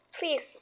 Please